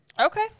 Okay